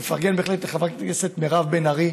מפרגן בהחלט לחברת הכנסת מירב בן ארי.